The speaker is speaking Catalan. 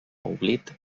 oblit